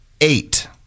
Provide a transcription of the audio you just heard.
eight